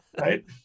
Right